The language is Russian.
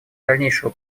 дальнейшего